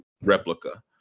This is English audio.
replica